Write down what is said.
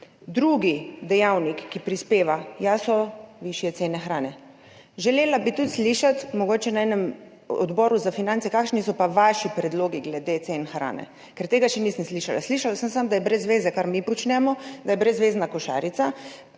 Drugi dejavnik, ki prispeva k temu, so višje cene hrane. Želela bi tudi slišati, mogoče na enem od odborov za finance, kakšni so pa vaši predlogi glede cen hrane, ker tega še nisem slišala. Slišala sem samo, da je brez zveze, kar mi počnemo, da je brezvezna košarica,